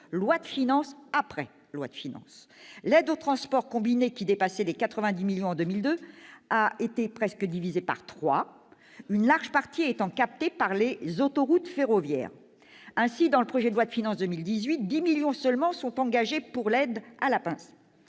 loi de finances après loi de finances. L'aide au transport combiné, qui dépassait 90 millions d'euros en 2002, a presque été divisée par trois, une large partie étant captée par les autoroutes ferroviaires. Ainsi, dans le projet de loi de finances pour 2018, 10 millions d'euros seulement sont engagés pour l'aide à la pince.